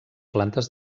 plantes